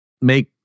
make